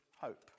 hope